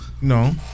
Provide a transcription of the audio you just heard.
No